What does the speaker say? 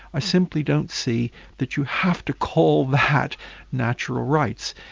i simply don't see that you have to call that natural rights.